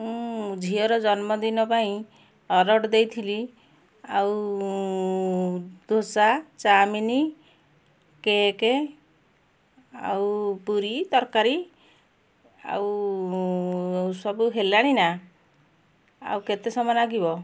ମୁଁ ଝିଅ ର ଜନ୍ମଦିନ ପାଇଁ ଅର୍ଡ଼ର ଦେଇଥିଲି ଆଉ ଦୋସା ଚାମିନୀ କେକେ ଆଉ ପୁରୀ ତରକାରୀ ଆଉ ସବୁ ହେଲାଣି ନା ଆଉ କେତେ ସମୟ ନାଗିବ